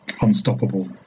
unstoppable